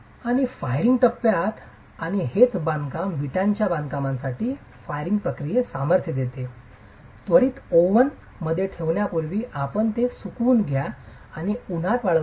आणि फायरिंग टप्प्यात आणि हेच बांधकामा विटांच्या बांधकामासाठी फायरिंगच्या प्रक्रियेस सामर्थ्य देते त्वरित ओव्हन मध्ये ठेवण्यापूर्वी आपण ते सुकवू द्या आणि हे उन्हात वाळविलेले आहे